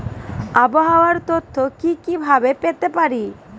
আবহাওয়ার তথ্য কি কি ভাবে পেতে পারি?